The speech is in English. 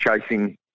chasing